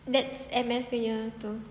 that's M_S punya tu